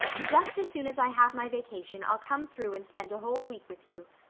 just as soon as i have my vacation i'll come through and spend a whole week with you.